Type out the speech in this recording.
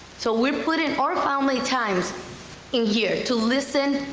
so we're putting our family time in here to listen,